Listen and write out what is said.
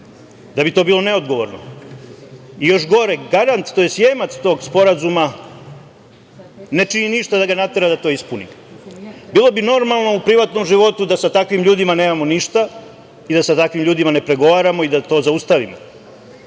da bi to bilo neodgovorno, i još gore, garant, tj. jemac tog sporazuma, ne čini ništa da ga natera da to ispuni. Bilo bi normalno u privatnom životu da sa takvim ljudima nemamo ništa i da sa takvim ljudima ne pregovaramo i da to zaustavimo.